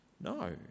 No